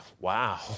Wow